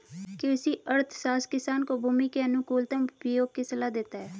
कृषि अर्थशास्त्र किसान को भूमि के अनुकूलतम उपयोग की सलाह देता है